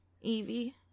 Evie